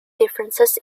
differences